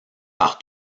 par